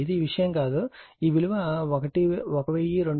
ఇది ఈ విషయం కాదు ఈ విలువ 1273